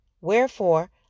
Wherefore